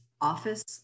office